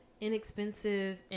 inexpensive